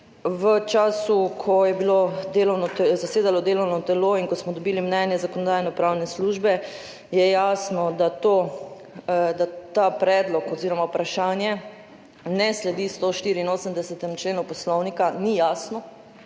v času, ko je bilo delovno zasedalo delovno telo in ko smo dobili mnenje Zakonodajno-pravne službe je jasno, da ta predlog oziroma vprašanje ne sledi 184. členu poslovnika, ni jasno